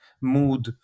mood